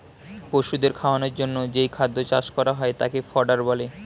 পশুদের খাওয়ানোর জন্যে যেই খাদ্য চাষ করা হয় তাকে ফডার বলে